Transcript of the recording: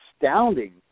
astounding